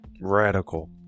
radical